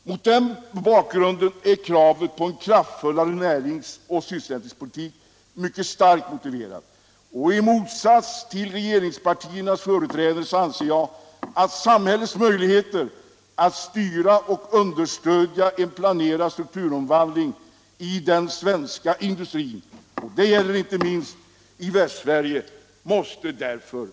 Mot den bakgrunden är kravet på en kraftfullare närings och sysselsättningspolitik mycket starkt motiverat. I motsats till regeringspartiernas företrädare anser jag att samhällets möjligheter att styra och understödja en planerad strukturomvandling i den svenska industrin — och det gäller inte minst industrin i Västsverige — därför måste förstärkas.